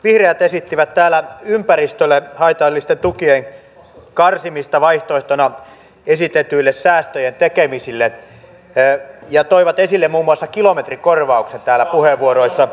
vihreät esittivät täällä ympäristölle haitallisten tukien karsimista vaihtoehtona esitetyille säästöjen tekemisille ja toivat esille muun muassa kilometrikorvaukset täällä puheenvuoroissaan